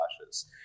flashes